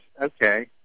okay